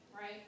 right